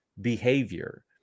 behavior